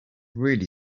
really